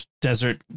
desert